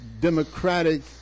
democratic